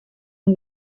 hun